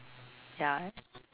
ya